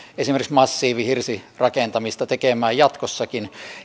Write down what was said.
esimerkiksi massiivihirsirakentamista tekemään jatkossakin